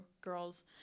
girls